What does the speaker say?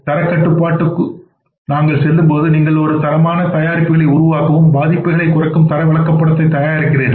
தரக் கட்டுப்பாட்டுக்கு நீங்கள் செல்லும்போது நீங்கள் ஒரு தரமான தயாரிப்புகளை உருவாக்கவும் பாதிப்புகளைக் குறைக்கும் தர விளக்கப்படங்களைத் தயாரிக்கிறீர்கள்